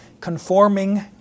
conforming